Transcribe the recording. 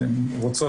אם רוצות